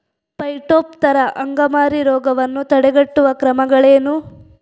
Phytophthora ಅಂಗಮಾರಿ ರೋಗವನ್ನು ತಡೆಗಟ್ಟುವ ಕ್ರಮಗಳೇನು?